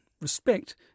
respect